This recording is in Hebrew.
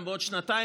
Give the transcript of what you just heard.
גם בעוד שנתיים,